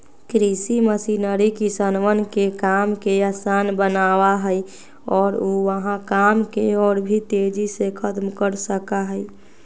कृषि मशीनरी किसनवन के काम के आसान बनावा हई और ऊ वहां काम के और भी तेजी से खत्म कर सका हई